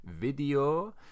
video